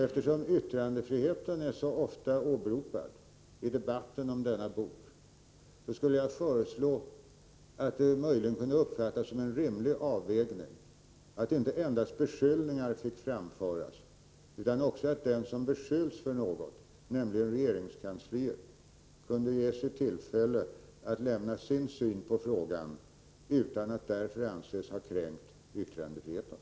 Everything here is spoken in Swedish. Eftersom yttrandefriheten mycket ofta åberopas i debatten om denna bok, vill jag hoppas, att det möjligen kunde uppfattas som en rimlig avvägning att inte endast beskyllningar fick framföras utan också att den instans som beskylls för något — nämligen regeringskansliet — kunde ges tillfälle att lämna sin syn på frågan utan att därför anses ha kränkt yttrandefriheten.